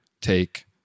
take